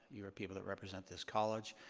you are people that represent this college.